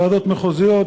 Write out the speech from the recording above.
ועדות מחוזיות,